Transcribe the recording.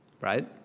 right